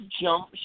jump